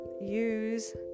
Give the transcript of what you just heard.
use